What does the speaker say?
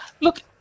Look